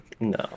no